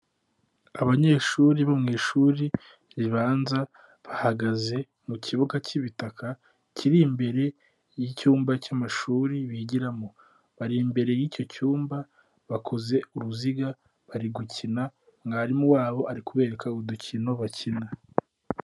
Abanyeshuri bo mu ishuri ribanza bahagaze mu kibuga cy'ibitaka, kiri imbere y'icyumba cy'amashuri bigiramo, bari imbere y'icyo cyumba bakoze uruziga bari gukina, mwarimu wabo ari kubereka udukino bakina.